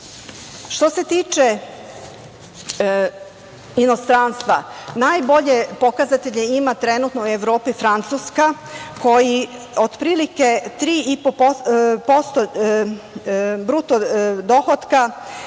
se tiče inostranstva najbolje pokazatelje ima trenutno Evropa i Francuska koji, otprilike 3,5% bruto dohotka